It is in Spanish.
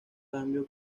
cambio